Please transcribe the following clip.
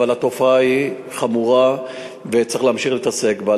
התופעה היא חמורה וצריך להמשיך ולהתעסק בה.